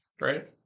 right